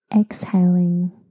exhaling